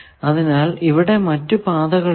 അതിനാൽ ഇവിടെ മറ്റു പാതകൾ ഇല്ല